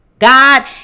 God